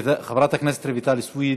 חברת הכנסת רויטל סויד